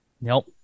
Nope